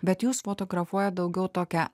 bet jūs fotografuojat daugiau tokią